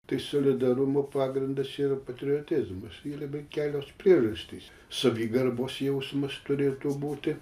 tai solidarumo pagrindas čia yra patriotizmas yra bent kelios priežastys savigarbos jausmas turėtų būti